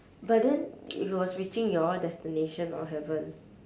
but then if it was reaching your destination or haven't